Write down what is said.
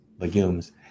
legumes